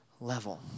level